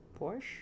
Porsche